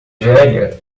velha